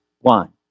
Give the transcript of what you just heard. one